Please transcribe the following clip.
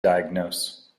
diagnose